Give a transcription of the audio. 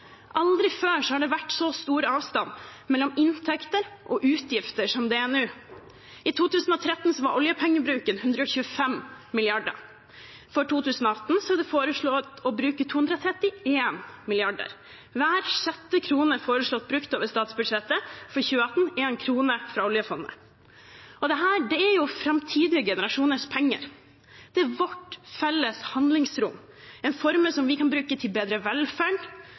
Aldri før har det vært så stor avstand mellom inntekter og utgifter som det er nå. I 2013 var oljepengebruken på 125 mrd. kr. For 2018 er det foreslått å bruke 231 mrd. kr. Hver sjette krone foreslått brukt over statsbudsjettet for 2018, er en krone fra oljefondet. Dette er framtidige generasjoners penger, det er vårt felles handlingsrom – en formue som vi kan bruke til bedre velferd